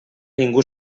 ningú